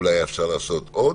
אולי היה אפשר לעשות עוד,